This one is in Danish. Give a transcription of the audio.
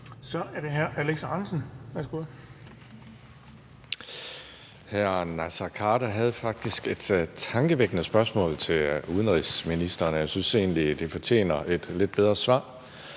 Så er det hr. Alex Ahrendtsen. Værsgo.